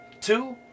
two